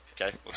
Okay